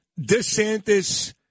DeSantis